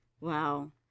Wow